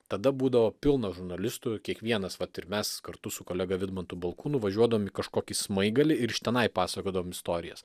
tada būdavo pilna žurnalistų kiekvienas vat ir mes kartu su kolega vidmantu balkūnu važiuodavom į kažkokį smaigalį ir iš tenai pasakodavom istorijas